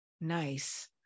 Nice